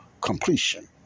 completion